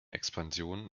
expansion